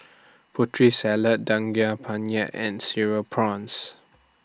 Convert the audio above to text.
Putri Salad Daging Penyet and Cereal Prawns